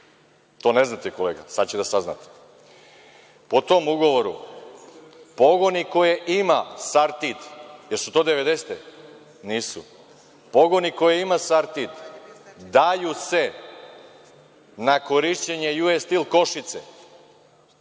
To ne znate kolega. Sada ćete da saznate. Po tom ugovoru pogoni koje ima „Sartid“, jesu li to 90-e? Nisu. Pogoni koje ima „Sartid“ daju se na korišćenje U.S. Steel Košice